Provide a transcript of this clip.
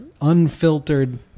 unfiltered